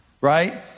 right